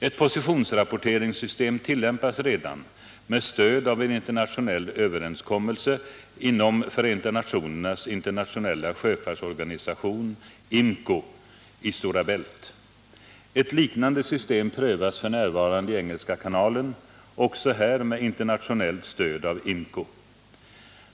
Ett positionsrapporteringssystem tillämpas redan, med stöd av en internationell överenskommelse inom Förenta nationernas internationella sjöfartsorganisation IMCO, i Stora Bält. Ett liknande system prövas f. n. i Engelska kanalen, också här med internationellt stöd av IMCO.